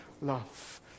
love